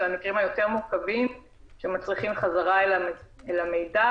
של המקרים היותר מורכבים שמצריכים חזרה אל המידע